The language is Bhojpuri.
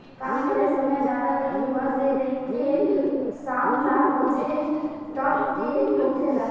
काम करे समय ज्यादातर सुबह से लेके साम सात बजे तक के होखेला